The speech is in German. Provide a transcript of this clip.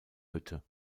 hütte